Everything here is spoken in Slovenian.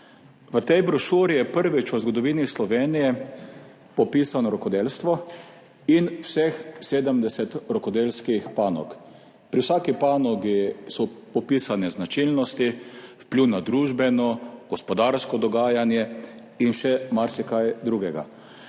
V tej brošuri je prvič v zgodovini Slovenije popisano rokodelstvo in vseh 70 rokodelskih panog. Pri vsaki panogi so popisane značilnosti, vpliv na družbeno, gospodarsko dogajanje in še marsikaj drugega.